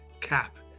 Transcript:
cap